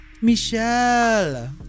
Michelle